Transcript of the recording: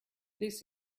this